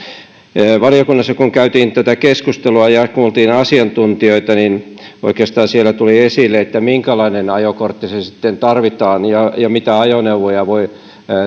kun valiokunnassa käytiin tätä keskustelua ja kuultiin asiantuntijoita niin oikeastaan siellä tuli esille minkälainen ajokortti tarvitaan ja mitä ajoneuvoja voi